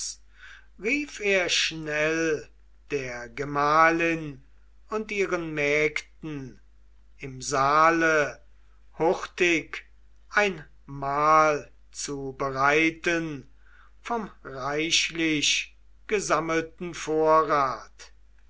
rief er schnell der gemahlin und ihren mägden im saale hurtig ein mahl zu bereiten vom reichlich gesammelten vorrat